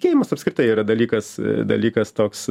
tikėjimas apskritai yra dalykas dalykas toks